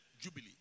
Jubilee